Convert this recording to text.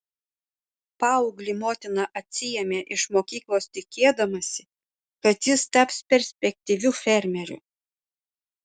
paauglį motina atsiėmė iš mokyklos tikėdamasi kad jis taps perspektyviu fermeriu